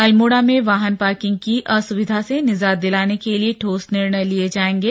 अल्मोड़ा में वाहन पार्किंग की असुविधा से निजात दिलाने के लिये ठोस निर्णय लिये जायेंगे